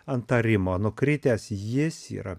ant arimo nukritęs jis yra